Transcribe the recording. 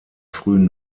frühen